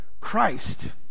Christ